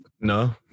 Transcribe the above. no